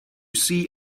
see